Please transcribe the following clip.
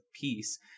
peace